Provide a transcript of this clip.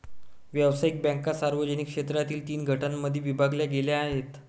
व्यावसायिक बँका सार्वजनिक क्षेत्रातील तीन गटांमध्ये विभागल्या गेल्या आहेत